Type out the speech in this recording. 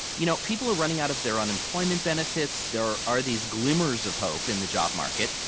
you know, people are running out of their unemployment benefits. there are these glimmers of hope in the job market.